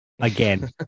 again